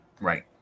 right